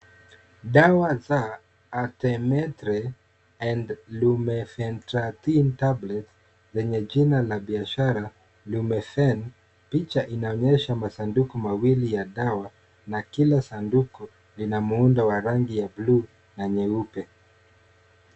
Dawa za Artemether and Lumefantrine Tablets zenye jina ya biashara Lumifen. Picha inaonyesha masanduku mawili ya dawa na kila sanduku lina muundo wa rangi ya bluu na nyeupe.